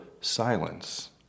silence